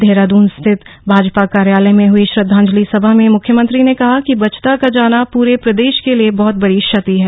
देहरादून स्थित भाजपा कार्यालय में हए श्रद्धांजलि सभा में म्ख्यमंत्री ने कहा कि बचदा का जाना पूरे प्रदेश के लिए बहत बड़ी क्षति है